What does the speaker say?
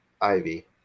Ivy